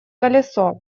колесо